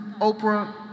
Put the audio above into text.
Oprah